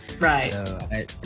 Right